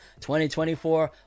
2024